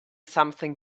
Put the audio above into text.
something